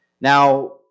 Now